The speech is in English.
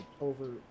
over